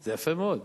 זה יפה מאוד.